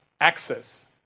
access